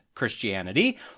Christianity